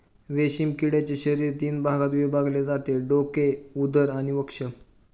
रेशीम किड्याचे शरीर तीन भागात विभागले जाते डोके, उदर आणि वक्ष